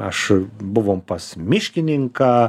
aš buvom pas miškininką